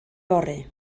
fory